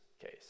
case